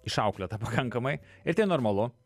išauklėta pakankamai ir tai normalu